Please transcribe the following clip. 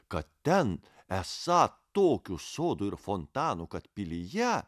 kad ten esą tokių sodų ir fontanų kad pilyje